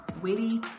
witty